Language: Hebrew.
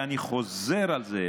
ואני חוזר על זה,